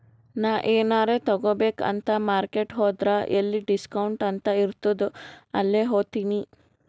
ನಾ ಎನಾರೇ ತಗೋಬೇಕ್ ಅಂತ್ ಮಾರ್ಕೆಟ್ ಹೋದ್ರ ಎಲ್ಲಿ ಡಿಸ್ಕೌಂಟ್ ಅಂತ್ ಇರ್ತುದ್ ಅಲ್ಲೇ ಹೋತಿನಿ